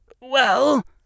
well